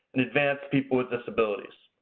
and advance people with disabilities.